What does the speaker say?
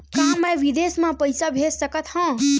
का मैं विदेश म पईसा भेज सकत हव?